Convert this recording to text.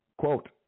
Quote